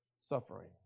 suffering